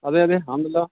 അതെ അതെ ആണല്ലോ